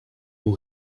who